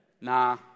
nah